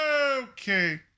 Okay